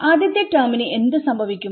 ആദ്യത്തെ ടെർമിനു എന്ത് സംഭവിക്കും